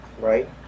right